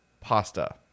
pasta